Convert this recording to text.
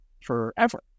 forever